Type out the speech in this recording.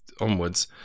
onwards